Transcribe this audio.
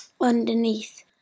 underneath